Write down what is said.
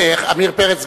עמיר פרץ,